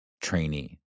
trainee